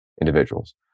individuals